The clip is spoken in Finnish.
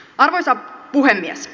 arvoisa puhemies